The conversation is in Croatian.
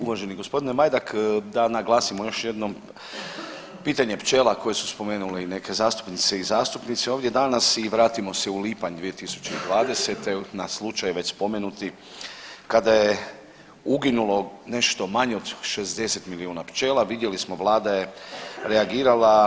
Uvaženi gospodine Majdak da naglasimo još jednom pitanje pčela koji su spomenuli i neke zastupnice i zastupnici ovdje danas i vratimo se u lipanj 2020. na slučaj već spomenuti kada je uginulo nešto manje od 60 milijuna pčela, vidjeli smo Vlada je reagirala.